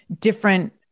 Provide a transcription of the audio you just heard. different